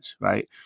right